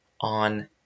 on